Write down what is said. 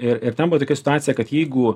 ir ir ten buvo tokia situacija kad jeigu